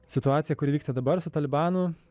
situacija kuri vyksta dabar su talibanu